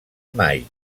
mai